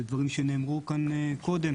אלה דברים שנאמרו כאן קודם,